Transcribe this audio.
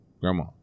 grandma